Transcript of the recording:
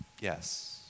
yes